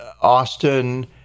Austin